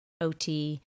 OT